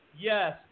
yes